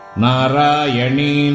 Narayani